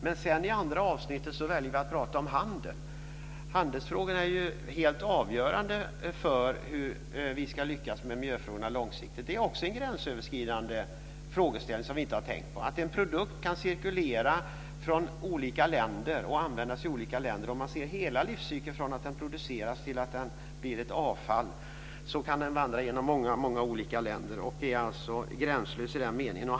Men sedan väljer vi i andra avsnittet att tala om handel. Handelsfrågorna är helt avgörande för hur vi ska lyckas med miljöfrågorna långsiktigt. Det är också en gränsöverskridande frågeställning som vi inte har tänkt på. En produkt kan cirkulera från olika länder och användas i olika länder. Om man ser hela livscykeln från att den produceras till att den blir ett avfall kan den vandra genom många olika länder. Den är alltså gränslös i den meningen.